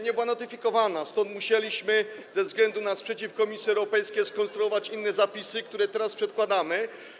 Nie była notyfikowana, stąd musieliśmy, ze względu na sprzeciw Komisji Europejskiej, skonstruować inne zapisy, które teraz przedkładamy.